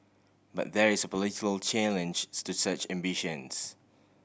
but there is a political challenge to such ambitions